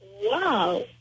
wow